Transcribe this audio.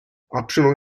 optional